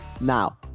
now